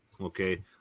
okay